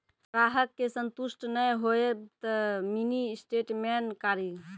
ग्राहक के संतुष्ट ने होयब ते मिनि स्टेटमेन कारी?